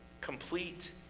complete